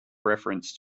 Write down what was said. reference